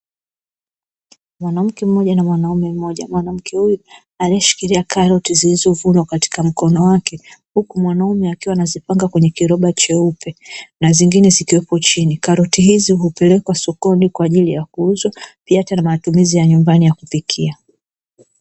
Mwanamke mmoja na mwanaume mmoja, mwanamke huyu aliyeshikilia karoti zilizovunwa katika mkono wake huku mwanaume akiwa anazipanga kwenye kiroba cheupe na zingine zikiwepo chini, karoti hizi hupelekwa sokoni kwa ajili ya kuuza pia hata na matumizi ya nyumbani ya kupikia.